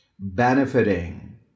benefiting